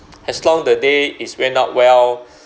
as long the day is went out well